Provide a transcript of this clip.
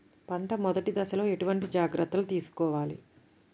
పంట మెదటి దశలో ఎటువంటి జాగ్రత్తలు తీసుకోవాలి?